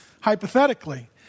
hypothetically